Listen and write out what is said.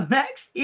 next